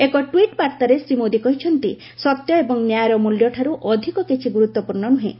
ଏକ ଟ୍ୱିଟ୍ ବାର୍ଭାରେ ଶ୍ରୀ ମୋଦି କହିଛନ୍ତି ସତ୍ୟ ଏବଂ ନ୍ୟାୟର ମୂଲ୍ୟଠାରୁ ଅଧିକ କିଛି ଗୁରୁତ୍ୱପୂର୍ଣ୍ଣ ନୁହେଁ